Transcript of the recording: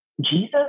Jesus